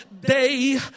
Day